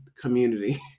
community